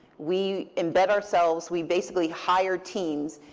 we embed ourselves, we basically hired teams,